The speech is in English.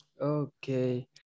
okay